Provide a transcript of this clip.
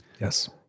Yes